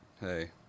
hey